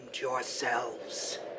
yourselves